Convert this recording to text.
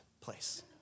place